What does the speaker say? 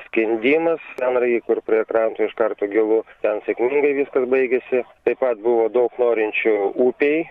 skendimas melnragėj kur prie kranto iš karto gilu ten sėkmingai viskas baigėsi taip pat buvo daug norinčių upėj